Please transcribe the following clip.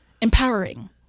empowering